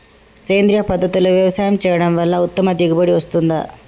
సేంద్రీయ పద్ధతుల్లో వ్యవసాయం చేయడం వల్ల ఉత్తమ దిగుబడి వస్తుందా?